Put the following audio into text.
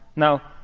now